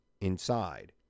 inside